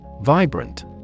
Vibrant